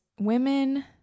Women